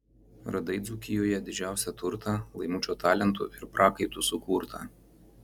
radai dzūkijoje didžiausią turtą laimučio talentu ir prakaitu sukurtą